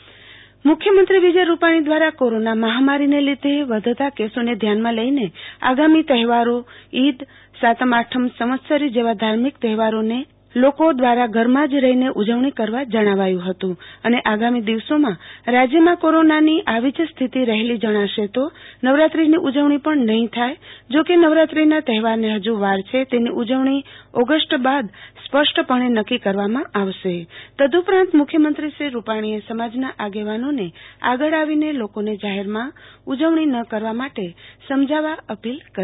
ખ્યમંત્રી વિજય રૂપાણી તહેવાર મુખ્યમંત્રી વિજય રૂપાણી દ્વારા કોરોના મહામારીને લીધે વધતા કેસોને ધ્યાનમાં લઈને આગામી તહેવારો ઈદસાતમ આથમ સવંત્સરી જેવા ધાર્મિક તહેવારોને લોકોને ઘરમાં જ રહીને ઉજવણી કરવા જણાવ્યું હતું અને આગામી દિવસોમાં રાજ્યમાં કોરોના ની આવી જ સ્તિથિ રહેલી જણાશે તો નવરાત્રીની ઉજવણી પણ નહિ થાય જો કે નવરાત્રીનાં તહેવારોની હજુ વાર છે તેની ઉજવણી ઓગસ્ટ બાદ સ્પસ્ટપણે નક્કી કરવામાં આવશે ઉદ્દઉપરાંત મુખ્યમંત્રીશ્રી રૂપાણીએ સમાજના આગેવાનોને આગળ આવીને લોકોને જાહેરમાં ઉજવણી ન કરવા સમજાવવા આપીલ કરી છે